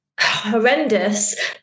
horrendous